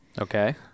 Okay